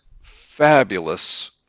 fabulous